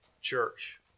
church